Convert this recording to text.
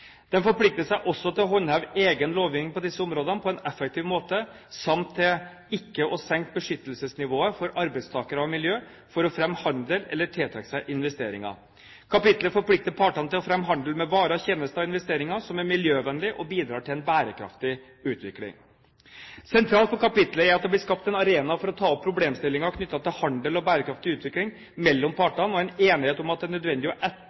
forplikter seg også til å håndheve egen lovgivning på disse områdene på en effektiv måte samt til ikke å senke beskyttelsesnivået for arbeidstakere og miljø for å fremme handel eller tiltrekke seg investeringer. Kapitlet forplikter partene til å fremme handel med varer, tjenester og investeringer som er miljøvennlige og bidrar til en bærekraftig utvikling. Sentralt for kapitlet er at det blir skapt en arena for å ta opp problemstillinger knyttet til handel og bærekraftig utvikling mellom partene og en enighet om at det er nødvendig